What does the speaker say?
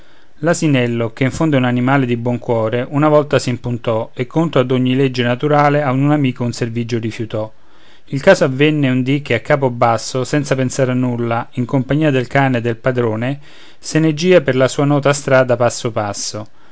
l'asinello che in fondo è un animale di buon cuore una volta s'impuntò e contro ad ogni legge naturale a un amico un servigio rifiutò il caso avvenne un dì che a capo basso senza pensare a nulla in compagnia del cane e del padrone se ne gìa per la sua nota strada passo passo